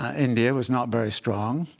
ah india was not very strong.